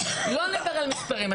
לא נדבר על מספרים,